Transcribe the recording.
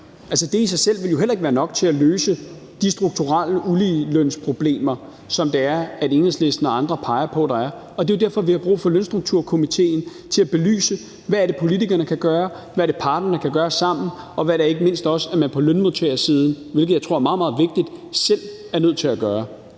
det i sig selv heller ikke være nok til at løse de strukturelle uligelønsproblemer, som Enhedslisten og andre peger på at der er. Det er jo derfor, vi har brug for lønstrukturkomitéen til at belyse, hvad det er, politikerne kan gøre, hvad det er, parterne kan gøre sammen, og hvad man ikke mindst på lønmodtagersiden – hvilket jeg tror er meget, meget vigtigt – selv er nødt til at gøre.